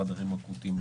בחדרים אקוטיים,